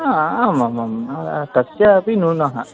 हा आम् आम् आम् तस्यापि न्यूनः